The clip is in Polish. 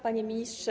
Panie Ministrze!